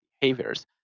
behaviors